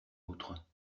autre